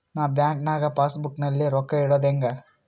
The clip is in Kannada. ನಾ ಬ್ಯಾಂಕ್ ನಾಗ ಪಾಸ್ ಬುಕ್ ನಲ್ಲಿ ರೊಕ್ಕ ಇಡುದು ಹ್ಯಾಂಗ್?